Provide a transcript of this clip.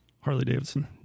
Harley-Davidson